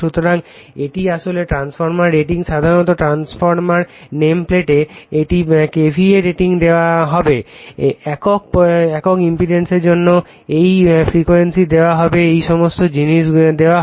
সুতরাং এটি আসলে ট্রান্সফরমার রেটিং সাধারণত ট্রান্সফরমার নেমপ্লেটে এটি K VA রেটিং দেওয়া হবে একক ইমপিডেন্সের জন্য এই ফ্রিকোয়েন্সি দেওয়া হবে এই সমস্ত জিনিস দেওয়া হবে